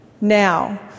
Now—